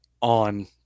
on